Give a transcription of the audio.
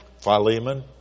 Philemon